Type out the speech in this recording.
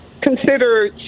consider